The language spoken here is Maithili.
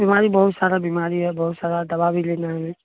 बीमारी बहुत सारा बीमारी है बहुत सारा दवा भी लेना है